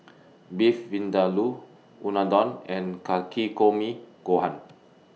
Beef Vindaloo Unadon and Takikomi Gohan